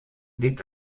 liegt